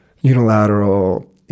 unilateral